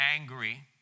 angry